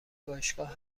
باشگاه